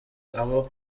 abo